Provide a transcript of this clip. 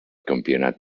campionat